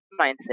mindset